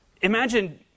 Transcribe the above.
imagine